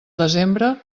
desembre